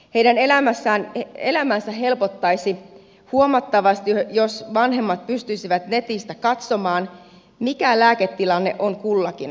heidän elämäänsä helpottaisi huomattavasti jos vanhemmat pystyisivät netistä katsomaan mikä lääketilanne on kullakin lapsella